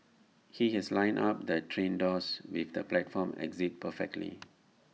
he has lined up the train doors with the platform exit perfectly